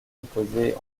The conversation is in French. composé